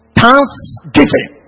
thanksgiving